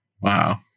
Wow